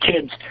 kids